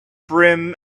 brim